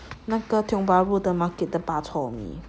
那个 tiong bahru 的 market 的 bak chor mee